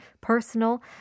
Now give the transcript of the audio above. personal